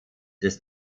des